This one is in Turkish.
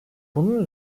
bunun